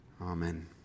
amen